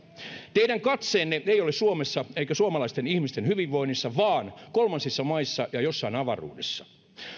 teidän katseenne ei ole suomessa eikä suomalaisten ihmisten hyvinvoinnissa vaan kolmansissa maissa ja jossain avaruudessa